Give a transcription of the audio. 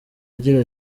agira